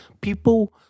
People